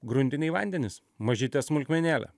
gruntiniai vandenys mažytė smulkmenėlė